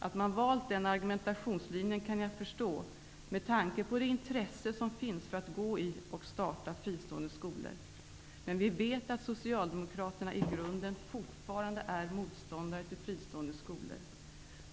Att man har valt den argumentationslinjen kan jag förstå, med tanke på det intresse som finns för att gå i och starta fristående skolor. Men vi vet att ni socialdemokrater i grunden fortfarande är motståndare till fristående skolor.